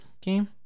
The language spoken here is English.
game